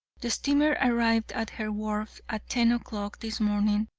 the steamer arrived at her wharf at ten o'clock this morning,